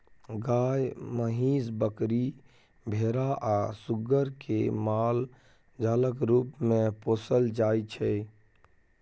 गाय, महीस, बकरी, भेरा आ सुग्गर केँ मालजालक रुप मे पोसल जाइ छै